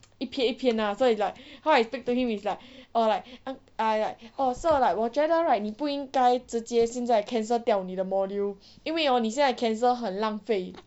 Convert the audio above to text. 一片一片 lah so it's like how I speak to him is like or like I like oh sir 我觉得 right 你不应该直接现在 cancel 掉你的 module 因为 hor 你现在 cancel 很浪费